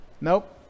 Nope